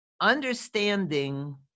understanding